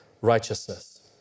righteousness